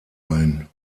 ein